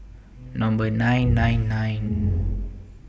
Number nine nine nine